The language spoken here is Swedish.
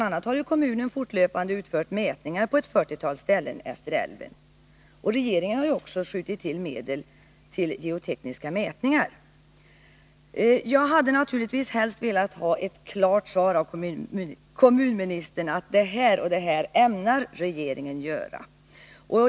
a. har kommunen fortlöpande utfört mätningar på ett fyrtiotal ställen utefter älven. Regeringen har också skjutit till medel till geotekniska mätningar. Jag hade naturligtvis helst velat ha ett klart svar av kommunministern som pekat på vad regeringen ämnar göra.